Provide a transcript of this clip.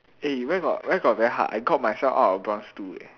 eh where got where got very hard I got myself out of bronze two eh